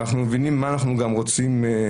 ובגלל שאנחנו מדברים בכל זאת על עבירות,